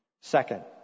Second